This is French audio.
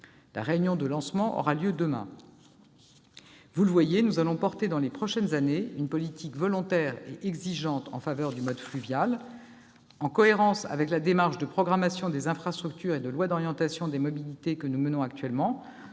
la réunion de lancement aura lieu demain. Vous le voyez, nous allons conduire dans les prochaines années une politique volontaire et exigeante en faveur du mode fluvial. En cohérence avec la démarche de programmation des infrastructures et d'élaboration d'une loi d'orientation sur les mobilités que nous menons actuellement,